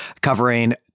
covering